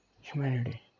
humanity